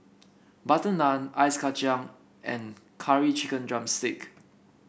butter naan Ice Kacang and Curry Chicken drumstick